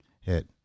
hit